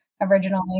originally